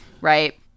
right